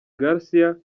garcia